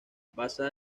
basada